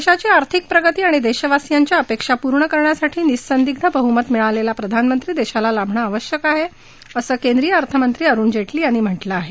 देशाची आर्थिक प्रगती आणि देशवासियांच्या अपेक्षा पूर्ण करण्यासाठी निःसंदिग्ध बहुमत मिळालेला प्रधानमंत्री देशाला लाभणं आवश्यक आहे असं केंद्रीय अर्थमंत्री अरुण जेटली यांनी म्हटलं आहे